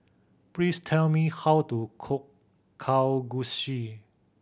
please tell me how to cook Kalguksu